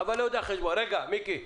תסביר לו, בבקשה.